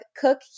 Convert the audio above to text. Cook